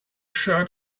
shirt